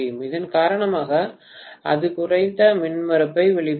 இதன் காரணமாக அது குறைந்த மின்மறுப்பை வெளிப்படுத்தும்